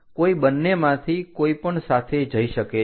કોઈ બન્નેમાંથી કોઈ પણ સાથે જઈ શકે છે